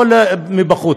או בחוץ,